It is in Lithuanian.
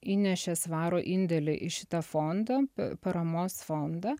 įnešė svarų indėlį į šitą fondą paramos fondą